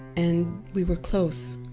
and we were close.